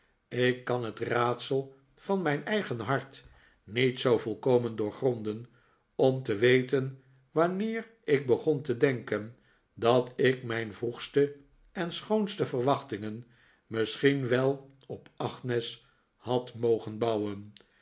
ik kan het raadsel van mijn eigen hart niet zoo volkomen doorgronden om te weten wanneer ik begon te denken dat ik mijn vroegste en schoonste verwachtingen misschien wel op agnes had mogen bouwen